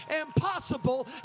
impossible